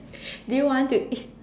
do you want to eat